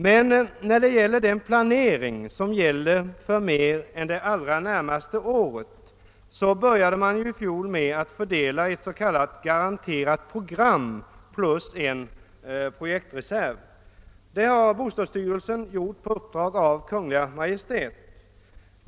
Men vad beträffar den planering som gäller för mer än det allra närmaste året började man ju i fjol med att fördela ett s.k. garanterat program plus en projektreserv. Det har bostadsstyrelsen gjort på uppdrag av Kungl. Maj:t.